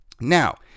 Now